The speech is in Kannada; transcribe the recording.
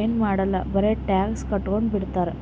ಎನ್ ಮಾಡಾಲ್ ಬರೆ ಟ್ಯಾಕ್ಸ್ ಕಟ್ಗೊಂಡು ಬಿಡ್ತಾರ್